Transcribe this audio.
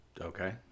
Okay